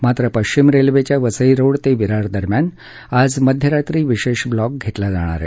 मात्र पश्चिम रेल्वेच्या वसई रोड ते विरार दरम्यान आज मध्यरात्री विशेष ब्लॉक घेतला जाणार आहे